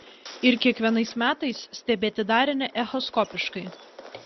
ir kiekvienais metais stebėti darinį echoskopiškai